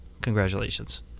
Congratulations